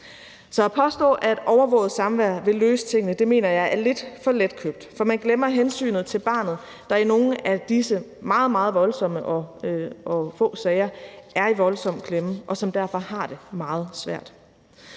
Så at påstå, at overvåget samvær vil løse tingene, mener jeg er lidt for letkøbt, for man glemmer hensynet til barnet, der i nogle af disse meget, meget voldsomme og få sager er i voldsom klemme, og som derfor har det meget svært.